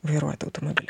vairuoti automobilį